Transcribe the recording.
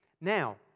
Now